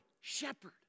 shepherd